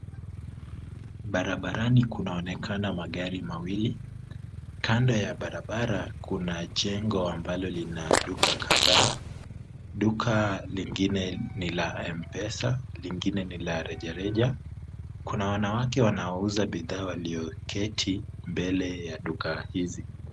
Barabarani kunaonekana magari mawili, kando ya barabara kuna jengo ambalo lina duka kadhaa, duka lingine ni la M-Pesa, lingine ni la rejareja, kuna wanawake wanaouza bidhaa walioketi mbele ya duka hizi.